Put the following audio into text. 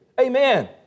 Amen